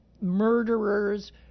murderers